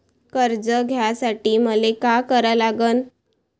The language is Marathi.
कर्ज घ्यासाठी मले का करा लागन?